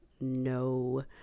no